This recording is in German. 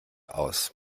aus